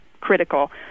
critical